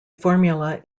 formula